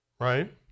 right